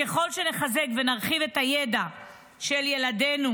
ככל שנחזק ונרחיב את הידע של ילדינו